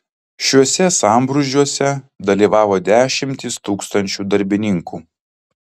šiuose sambrūzdžiuose dalyvavo dešimtys tūkstančių darbininkų